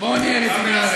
בואו נהיה רציניים.